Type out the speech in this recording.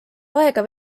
aega